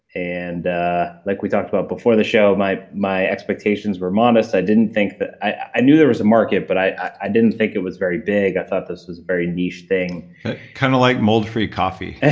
and like we talked about before the show, my my expectations were modest. i didn't think that. i knew there was a market, but i i didn't think it was very big. i thought this was a very niche thing kind of like mold-free coffee